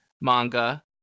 manga